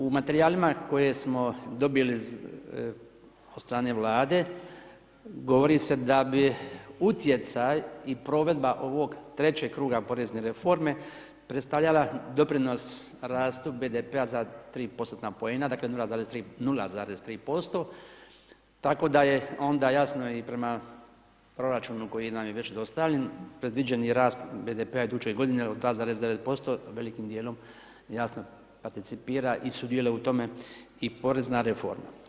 U materijalima koje smo dobili od strane Vlade govori se da bi utjecaj i provedba ovog trećeg kruga porezne reforme predstavljala doprinos rastu BDP-a za 3%-tna poena, dakle 0,3% tako da je onda jasno i prema proračunu koji nam je već dostavljen predviđen i rast BDP-a iduće godine od 2,9% a velikim dijelom jasno participira i sudjeluje u tome i porezna reforma.